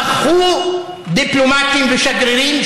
נכחו דיפלומטים ושגרירים,